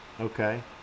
Okay